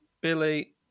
Billy